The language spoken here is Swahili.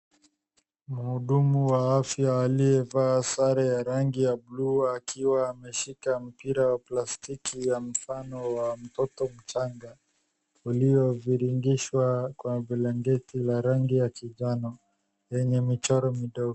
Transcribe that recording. Mhudumu wa afya aliyevaa sare ya rangi ya blue akiwa ameshika mpira wa plastiki la mfano wa mtoto mchanga ulioviringishwa kwa blanketi la rangi ya kinjano yenye michoro midogo.